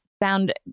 found